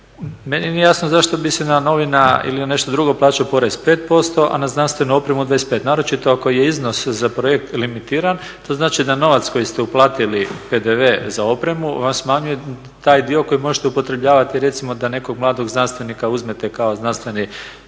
Meni nije jasno zašto bi se na novine ili nešto drugo plaćao porez 5%, a na znanstvenu opremu 25%, naročito ako je iznos za projekt limitiran. To znači da novac koji ste uplatili PDV za opremu vam smanjuje taj dio koji možete upotrebljavati recimo da nekog mladog znanstvenika uzmete kao znanstvenog